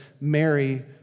Mary